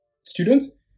students